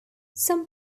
some